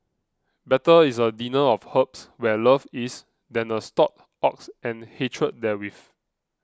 better is a dinner of herbs where love is than a stalled ox and hatred therewith